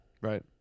Right